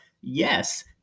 yes